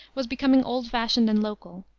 was becoming old-fashioned and local,